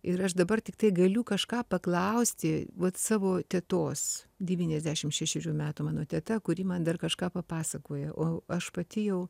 ir aš dabar tiktai galiu kažką paklausti vat savo tetos devyniasdešim šešerių metų mano teta kuri man dar kažką papasakoja o aš pati jau